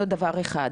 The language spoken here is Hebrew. זה דבר אחד.